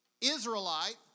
Israelite